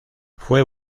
fue